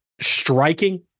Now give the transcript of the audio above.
striking